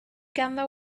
ganddo